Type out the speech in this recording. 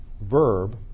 verb